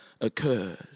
occurred